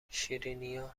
شیرینیا